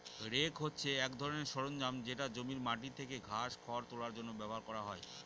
rake হছে এক ধরনের সরঞ্জাম যেটা জমির মাটি থেকে ঘাস, খড় তোলার জন্য ব্যবহার করা হয়